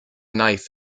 knife